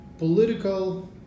political